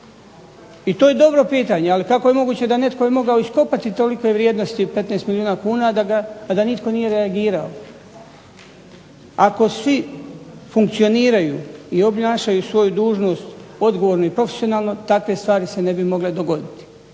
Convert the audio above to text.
I to je dobro pitanje. Ali kako je moguće da je netko mogao iskopati tolike vrijednosti 15 milijuna kuna, a da nitko nije reagirao. Ako svi funkcioniraju i obnašaju svoju dužnost odgovorno i profesionalno takve stvari se ne bi mogle dobiti.